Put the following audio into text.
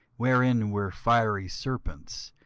wherein were fiery serpents,